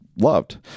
loved